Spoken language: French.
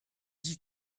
dis